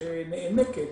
שנאנקת